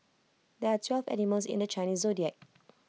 there are twelve animals in the Chinese Zodiac